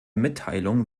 mitteilung